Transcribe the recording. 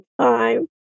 time